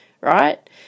right